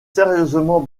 sérieusement